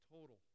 total